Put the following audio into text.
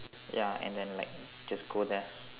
ya and then like just go there